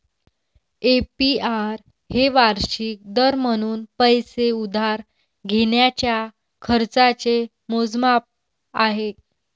APR हे वार्षिक दर म्हणून पैसे उधार घेण्याच्या खर्चाचे मोजमाप आहे